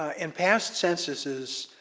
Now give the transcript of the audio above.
and past censuses,